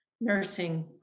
nursing